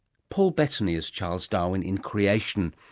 paul bettany as charles darwin in creation,